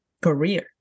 career